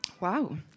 Wow